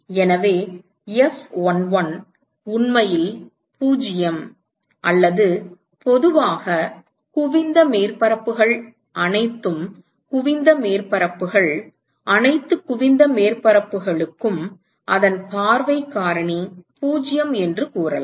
எனவே F11 உண்மையில் 0 அல்லது பொதுவாக குவிந்த மேற்பரப்புகள் அனைத்து குவிந்த மேற்பரப்புகள் அனைத்து குவிந்த மேற்பரப்புகளுக்கும் அதன் பார்வை காரணி 0 என்று கூறலாம்